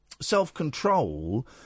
self-control